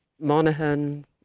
Monaghan